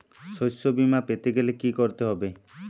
শষ্যবীমা পেতে গেলে কি করতে হবে?